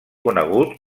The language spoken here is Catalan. conegut